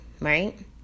right